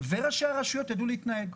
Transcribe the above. וראשי הרשויות ידעו להתנהג.